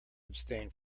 abstain